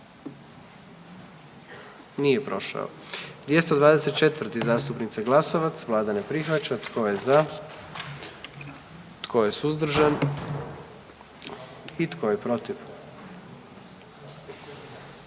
44. Kluba zastupnika SDP-a, vlada ne prihvaća. Tko je za? Tko je suzdržan? Tko je protiv?